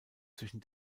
zwischen